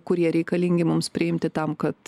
kurie reikalingi mums priimti tam kad